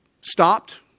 stopped